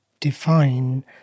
define